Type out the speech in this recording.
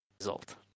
result